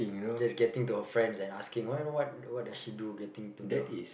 just getting to her friends and asking oh you know what does she do getting to know